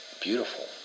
beautiful